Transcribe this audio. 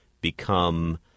become